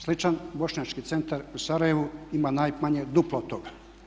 Sličan bošnjački centar u Sarajevu ima najmanje duplo od toga.